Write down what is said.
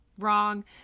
Wrong